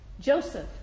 Joseph